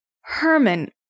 Herman